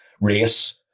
race